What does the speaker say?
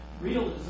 realism